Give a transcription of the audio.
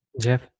jeff